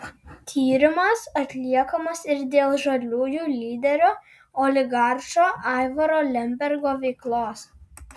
tyrimas atliekamas ir dėl žaliųjų lyderio oligarcho aivaro lembergo veiklos